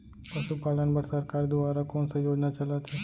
पशुपालन बर सरकार दुवारा कोन स योजना चलत हे?